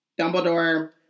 Dumbledore